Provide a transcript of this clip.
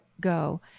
go